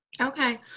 Okay